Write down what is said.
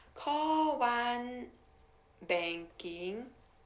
call one banking